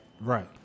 Right